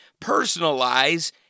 personalize